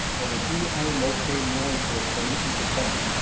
and the two animals came noiselessly into sight.